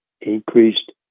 increased